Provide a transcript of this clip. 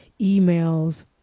emails